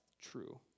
true